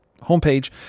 homepage